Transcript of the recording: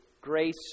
grace